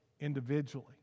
individually